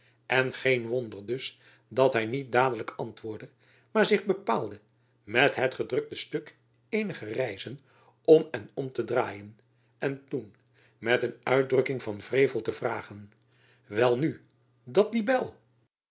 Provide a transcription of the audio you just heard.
en geen wonder dus dat hy niet dadelijk antwoordde maar zich bepaalde met het gedrukte stuk eenige reizen om en jacob van lennep elizabeth musch om te draaien en toen met een uitdrukking van wrevel te vragen welnu dat libel